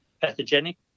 pathogenic